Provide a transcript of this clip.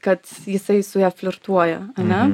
kad jisai su ja flirtuoja ane